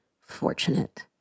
fortunate